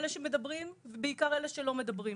אלה שמדברים ובעיקר אלה שלא מדברים.